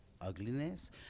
ugliness